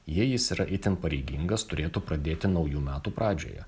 jei jis yra itin pareigingas turėtų pradėti naujų metų pradžioje